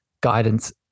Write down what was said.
guidance